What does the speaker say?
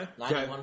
Okay